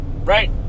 right